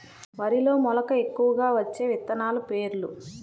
వరిలో మెలక ఎక్కువగా వచ్చే విత్తనాలు పేర్లు?